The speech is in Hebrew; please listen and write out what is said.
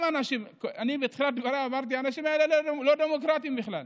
אני בתחילת דבריי אמרתי שהאנשים האלה לא דמוקרטיים בכלל.